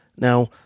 Now